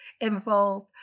involve